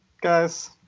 guys